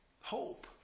hope